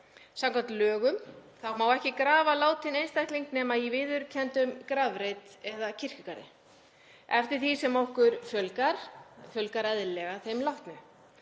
Samkvæmt lögum má ekki grafa látinn einstakling nema í viðurkenndum grafreit eða kirkjugarði. Eftir því sem okkur fjölgar, fjölgar eðlilega þeim látnu.